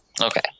Okay